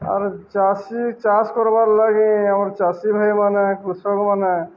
ଆର୍ ଚାଷୀ ଚାଷ କରବାର୍ ଲାଗି ଆମର୍ ଚାଷୀ ଭାଇମାନେ କୃଷକମାନେ